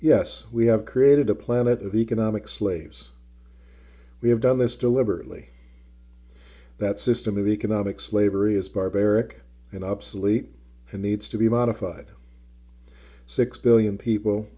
yes we have created a planet of economic slaves we have done this deliberately that system of economic slavery is barbaric and obsolete and needs to be modified six billion people